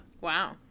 Wow